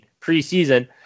preseason